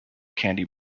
candy